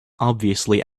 obviously